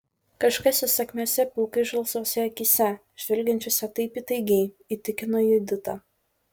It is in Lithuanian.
kažkas įsakmiose pilkai žalsvose akyse žvelgiančiose taip įtaigiai įtikino juditą